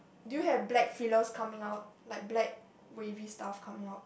do you have black feelers coming out like black wavy stuff coming out